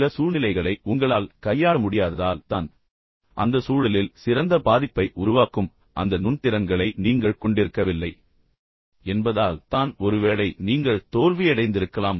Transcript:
சில சூழ்நிலைகளை உங்களால் கையாள முடியாததால் தான் அந்த சூழலில் சிறந்த பாதிப்பை உருவாக்கும் அந்த நுண் திறன்களை நீங்கள் கொண்டிருக்க வில்லை என்பதால் தான் ஒருவேளை நீங்கள் தோல்வியடைந்திருக்கலாம்